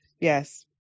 yes